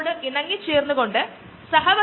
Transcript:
അതിനാൽ തൈര് ഉണ്ടാക്കുന്നതും ഒരു ബയോപ്രോസസ് ആണ്